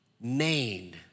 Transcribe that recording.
main